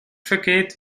vergeht